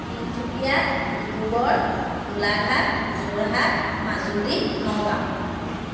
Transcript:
Tinsukia Dibrugarh Golaghat Jorhat Majuli Nagaon